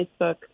Facebook